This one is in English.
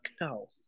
No